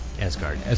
Asgard